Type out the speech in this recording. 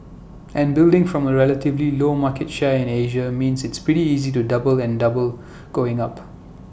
and building from A relatively low market share in Asia means it's pretty easy to double and double going up